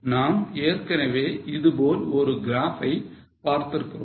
நாம் ஏற்கனவே இதுபோல் ஒரு graph ஐ பார்த்திருக்கிறோம்